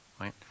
right